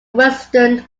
western